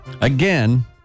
Again